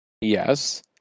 Yes